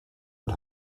und